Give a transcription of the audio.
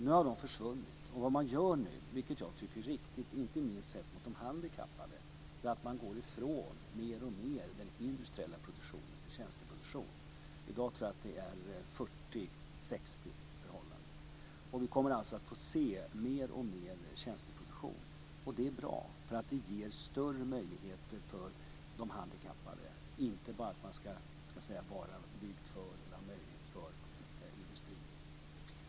Nu har de försvunnit. Vad man gör nu - vilket jag tycker är riktigt, inte minst sett mot de handikappade - är att man mer och mer går från industriell produktion till tjänsteproduktion. I dag tror jag att förhållandet är 40-60. Vi kommer alltså att få se mer och mer tjänsteproduktion, och det är bra. Det ger större möjligheter för de handikappade att man inte bara ska vara byggd för eller ha möjlighet för industrin.